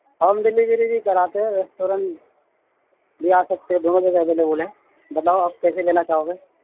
home delivery بھی کراتے ہیں ریسٹورینٹ بھی آ سکتے ہیں دونوں جگہ اویلیبل ہے بتلاؤ آپ کیسے لینا چاہو گے